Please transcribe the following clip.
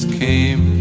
came